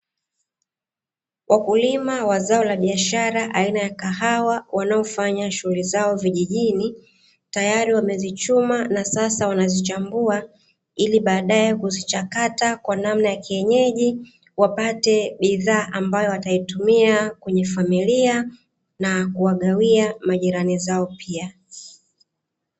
Wakulima wa zao la biashara aina ya kahawa wanaofanya shughuli zao vijijini, tayari wamezichuma na sasa wanazichambua ili baadae kuzichakata kwa namna ya kienyeji wapate bidhaa ambayo wataitumia kwenye familia na kuwagawia majirani zao pia.